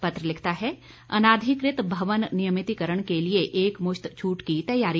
पत्र लिखता है अनाधिकृत भवन नियमितिकरण के लिये एकमुश्त छूट की तैयारी